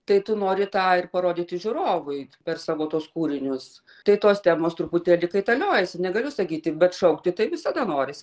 tai tu nori tą ir parodyti žiūrovui per savo tuos kūrinius tai tos temos truputėlį kaitaliojasi negaliu sakyti bet šaukti tai visada norisi